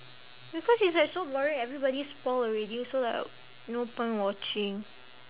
because it's like so boring everybody spoil already so like no point watching